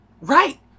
Right